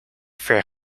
ver